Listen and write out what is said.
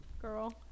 girl